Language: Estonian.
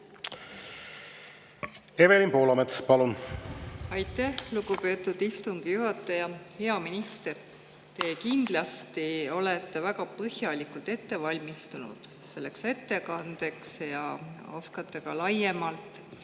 Evelin Poolamets, palun! Aitäh, lugupeetud istungi juhataja! Hea minister! Te kindlasti olete väga põhjalikult valmistunud selleks ettekandeks ja oskate ka laiemalt